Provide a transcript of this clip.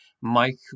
Mike